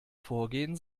vorgehen